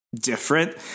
different